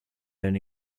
then